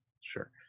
sure